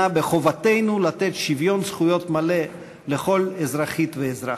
בחובתנו לתת שוויון זכויות מלא לכל אזרחית ואזרח.